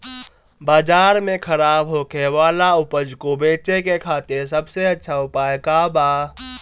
बाजार में खराब होखे वाला उपज को बेचे के खातिर सबसे अच्छा उपाय का बा?